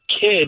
kid